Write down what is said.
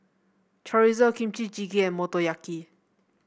Chorizo Kimchi Jjigae and Motoyaki